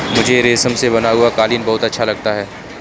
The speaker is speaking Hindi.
मुझे रेशम से बना हुआ कालीन बहुत अच्छा लगता है